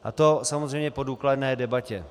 A to samozřejmě po důkladné debatě.